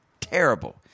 Terrible